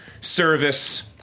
service